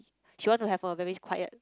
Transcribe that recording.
she want to have a very quiet